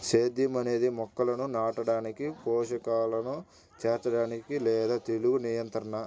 సేద్యం అనేది మొక్కలను నాటడానికి, పోషకాలను చేర్చడానికి లేదా తెగులు నియంత్రణ